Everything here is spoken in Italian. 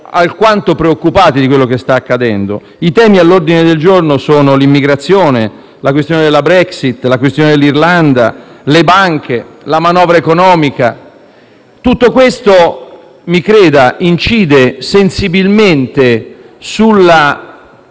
alquanto preoccupati da quello che sta accadendo. I temi all'ordine del giorno sono l'immigrazione, la questione della Brexit e dell'Irlanda, le banche e la manovra economica; tutto questo, mi creda, incide sensibilmente sulla